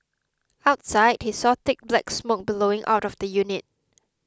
outside he saw thick black smoke billowing out of the unit